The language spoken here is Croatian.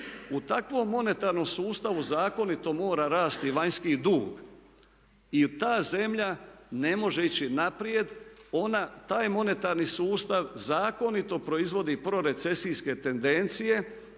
U takvom monetarnom sustavu zakonito mora rasti vanjski dug i ta zemlja ne može ići naprijed. Ona, taj monetarni sustav zakonito proizvodi prorecesijske tendencije